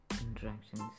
interactions